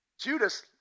Judas